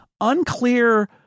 unclear